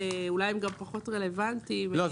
אולי הם גם פחות רלוונטיים --- לא,